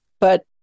But-